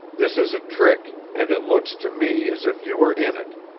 this is a trick, and it looks to me as if you were in it.